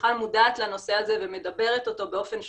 שבכלל מודעת לנושא הזה ומדברת אותו באופן שוטף.